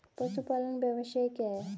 पशुपालन व्यवसाय क्या है?